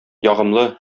ягымлы